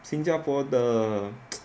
新加坡的